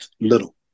little